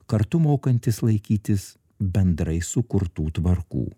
kartu mokantis laikytis bendrai sukurtų tvarkų